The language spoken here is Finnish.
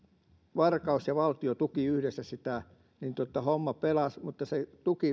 varkaus ja valtio tukivat yhdessä sitä homma pelasi mutta se